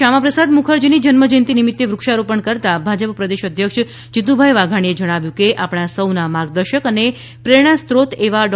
શ્યામાપ્રસાદ મુખર્જીની જન્મજયંતી નિમિત્તે વૃક્ષારોપણ કરતાં ભાજપ પ્રદેશ અધ્યક્ષ શ્રી જીતુભાઈ વાઘાણીએ જણાવ્યું કે આપણા સહ્ના માર્ગદર્શક અને પ્રેરણાસ્ત્રોત એવા ડૉ